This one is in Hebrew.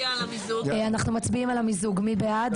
אנחנו מצביעים על המיזוג, מי בעד?